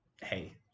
hey